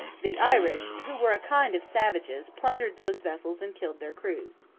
the irish, who were a kind of savages, plundered those vessels and killed their crews.